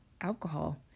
alcohol